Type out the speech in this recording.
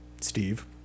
Steve